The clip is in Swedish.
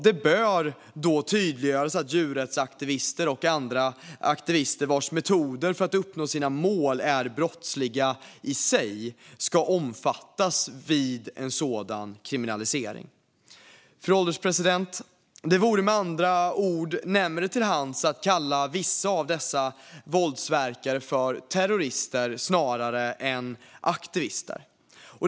Det bör tydliggöras att djurrättsaktivister och andra aktivister vilkas metoder för att uppnå sina mål är brottsliga i sig ska omfattas vid en sådan kriminalisering. Fru ålderspresident! Det vore med andra ord närmare till hands att kalla vissa av dessa våldsverkare för terrorister snarare än aktivister.